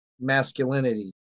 masculinity